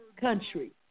country